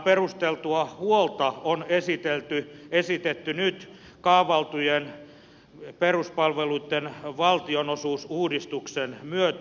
perusteltua huolta on esitetty nyt kaavailtujen peruspalveluitten valtionosuusuudistuksen myötä